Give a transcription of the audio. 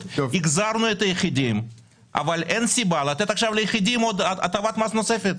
והחזרנו את היחידים אבל אין סיבה לתת עכשיו ליחידים הטבת מס נוספת.